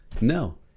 No